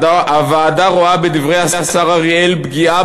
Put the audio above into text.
הוועדה רואה בדברי השר אריאל פגיעה